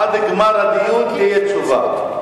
עד גמר הדיון תהיה תשובה.